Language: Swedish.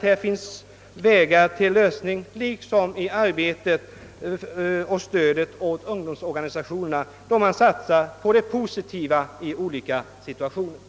Om vi därtill ger ett större stöd åt ungdomsorganisationerna, tror jag att vi skulle kunna komma fram till en lösning av problemen.